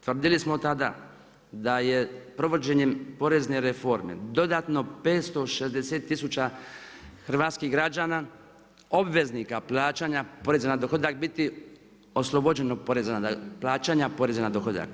Tvrdili smo tada da je provođenje porezne reforme dodatno 560 tisuća hrvatskih građana, obveznika plaćanja poreza na dohodak, biti oslobođeno plaćana poreza na dohodak.